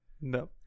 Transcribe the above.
no